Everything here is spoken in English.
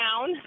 down